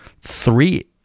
three